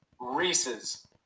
Reese's